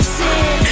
sin